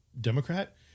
Democrat